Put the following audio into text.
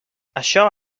això